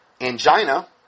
angina